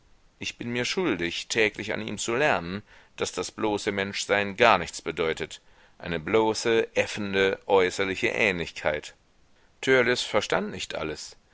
ich bin mir schuldig täglich an ihm zu lernen daß das bloße menschsein gar nichts bedeutet eine bloße äffende äußerliche ähnlichkeit törleß verstand nicht alles